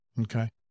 Okay